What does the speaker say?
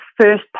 first